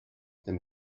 dem